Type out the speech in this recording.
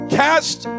cast